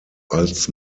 als